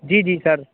جی جی سر